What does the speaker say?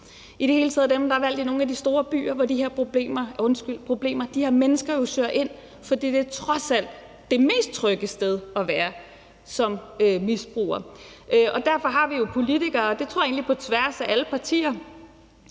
i det hele taget dem, der er valgt i nogle af de store byer, hvor de her mennesker søger hen, fordi det trods alt er det mest trygge sted at være som misbruger. Derfor har vi jo politikere – og det tror jeg egentlig er på tværs af alle partier